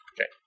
Okay